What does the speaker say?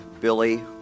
Billy